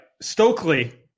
stokely